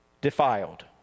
defiled